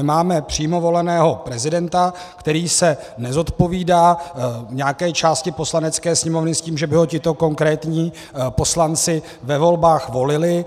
Máme přímo voleného prezidenta, který se nezodpovídá nějaké části Poslanecké sněmovny s tím, že by ho tito konkrétní poslanci ve volbách volili.